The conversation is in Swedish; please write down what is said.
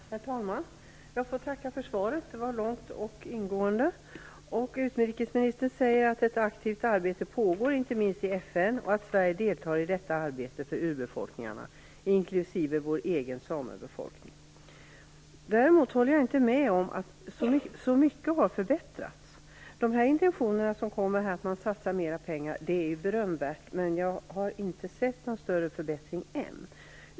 Herr talman! Jag får tacka för svaret. Det var långt och ingående. Utrikesministern säger att ett aktivt arbete pågår, inte minst i FN, och att Sverige deltar i detta arbete för urbefolkningarna inklusive vår egen samebefolkning. Däremot håller jag inte med om att så mycket har förbättrats. Intentionerna att satsa mera pengar är berömvärda, men jag har inte sett någon större förbättring än.